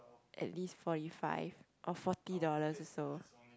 at least forty five or forty dollars sold